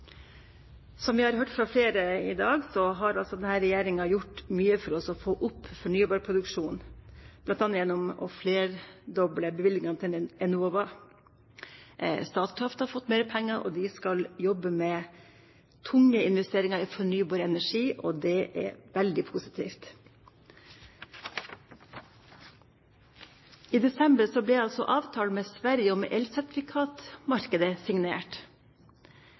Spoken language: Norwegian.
Som vi har hørt fra flere her i dag, har denne regjeringen gjort mye for å få opp fornybarproduksjonen, bl.a. gjennom å flerdoble bevilgningen til Enova. Statkraft har fått mer penger, og de skal jobbe med tunge investeringer i fornybar energi. Det er veldig positivt. I desember ble avtalen med Sverige om elsertifikatmarkedet signert.